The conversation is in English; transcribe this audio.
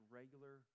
regular